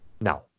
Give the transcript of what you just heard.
now